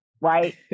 right